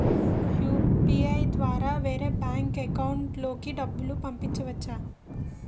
UPI ద్వారా వేరే bank account లోకి డబ్బులు పంపించవచ్చా?